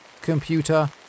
computer